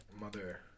Mother